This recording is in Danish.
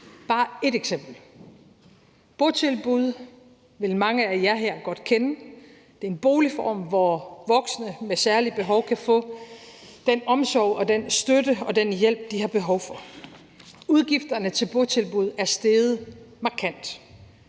bare ét eksempel. Botilbud vil mange af jer her godt kende til. Det er en boligform, hvor voksne med særlige behov kan få den omsorg og den støtte og den hjælp, de har behov for. Udgifterne til botilbud er steget markant,